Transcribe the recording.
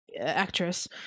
actress